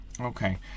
Okay